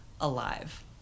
alive